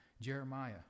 jeremiah